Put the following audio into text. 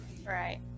Right